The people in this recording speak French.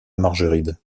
margeride